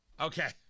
Okay